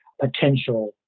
potential